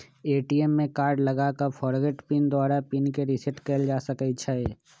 ATM में card लगा कऽ फ़ॉरगोट पिन द्वारा पिन के रिसेट कएल जा सकै छै